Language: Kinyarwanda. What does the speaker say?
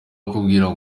akubwira